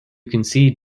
concede